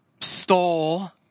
stole